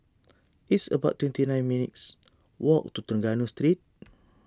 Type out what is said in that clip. it's about twenty nine minutes' walk to Trengganu Street